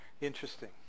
interesting